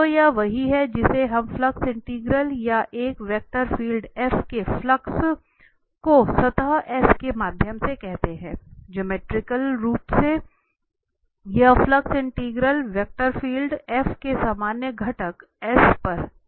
तो यह वही है जिसे हम फ्लक्स इंटीग्रल या एक वेक्टर फील्ड के फ्लक्स को सतह S के माध्यम से कहते हैं जोमेट्रिकली रूप से एक फ्लक्स इंटीग्रल वेक्टर फील्ड के सामान्य घटक S पर सतह इंटीग्रल है